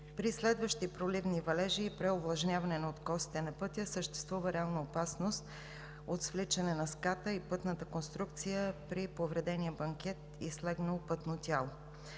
при следващи проливни валежи и преовлажняване на откосите на пътя съществува реална опасност от свличане на ската и пътната конструкция при повредения банкет и слегнало пътно тяло.